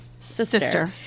sister